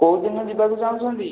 କେଉଁ ଦିନ ଯିବାକୁ ଚାହୁଁଛନ୍ତି